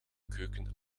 keuken